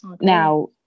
now